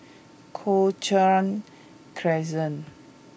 Cochrane Crescent